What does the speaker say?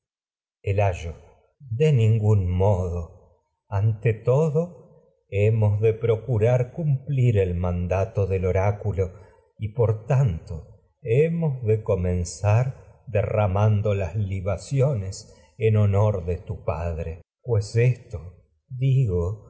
el de modo ante todo hemos de procurar hemos de tu cumplir el mandato comenzar del oráculo y por tanto de derramando las libaciones en honor padre pues esto digo